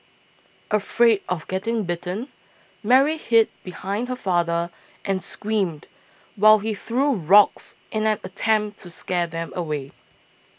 afraid of getting bitten Mary hid behind her father and screamed while he threw rocks in an attempt to scare them away